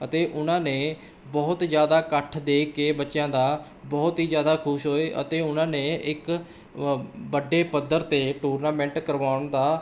ਅਤੇ ਉਨ੍ਹਾਂ ਨੇ ਬਹੁਤ ਜ਼ਿਆਦਾ ਇਕੱਠ ਦੇਖ ਕੇ ਬੱਚਿਆਂ ਦਾ ਬਹੁਤ ਹੀ ਜ਼ਿਆਦਾ ਖੁਸ਼ ਹੋਏ ਅਤੇ ਉਹਨਾਂ ਨੇ ਇੱਕ ਵੱਡੇ ਪੱਧਰ 'ਤੇ ਟੂਰਨਾਮੈਂਟ ਕਰਵਾਉਣ ਦਾ